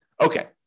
Okay